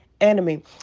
enemy